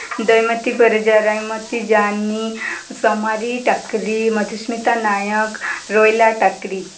Daimati Parija Raimati Jani Somari Takri Madhusmita Nayak Roela Takri